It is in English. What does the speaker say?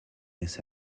this